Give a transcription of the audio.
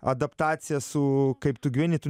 adaptacija su kaip tu gyveni tu